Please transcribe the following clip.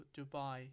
Dubai